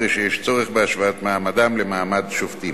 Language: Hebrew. הרי שיש צורך בהשוואת מעמדם למעמד שופטים.